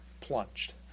plunged